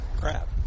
crap